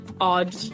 odd